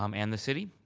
um and the city.